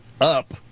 up